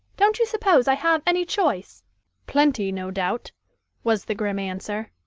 don't you suppose i have any choice plenty, no doubt was the grim answer.